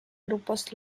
grupos